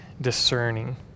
discerning